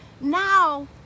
Now